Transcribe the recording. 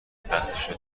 دستشو